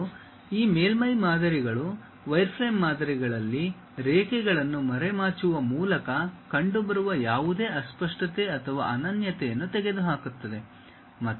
ಮತ್ತು ಈ ಮೇಲ್ಮೈ ಮಾದರಿಗಳು ವೈರ್ಫ್ರೇಮ್ ಮಾದರಿಗಳಲ್ಲಿ ರೇಖೆಗಳನ್ನು ಮರೆಮಾಚುವ ಮೂಲಕ ಕಂಡುಬರುವ ಯಾವುದೇ ಅಸ್ಪಷ್ಟತೆ ಅಥವಾ ಅನನ್ಯತೆಯನ್ನು ತೆಗೆದುಹಾಕುತ್ತದೆ